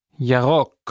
Yarok